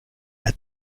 der